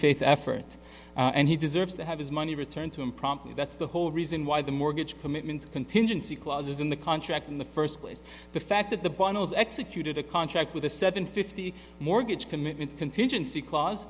faith effort and he deserves to have his money returned to him promptly that's the whole reason why the mortgage commitment contingency clauses in the contract in the first place the fact that the bottles executed a contract with a seven fifty mortgage commitment contingency clause